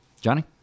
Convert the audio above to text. Johnny